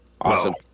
Awesome